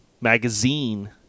Magazine